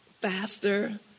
faster